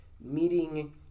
meeting